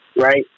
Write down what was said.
right